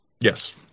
Yes